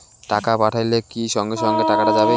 টাকা পাঠাইলে কি সঙ্গে সঙ্গে টাকাটা যাবে?